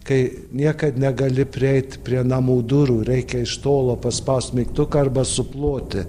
kai niekad negali prieit prie namų durų reikia iš tolo paspaus mygtuką arba suploti